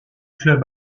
clubs